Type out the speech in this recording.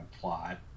plot